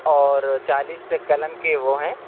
اور چالیس قلم کے وہ ہیں